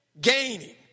gaining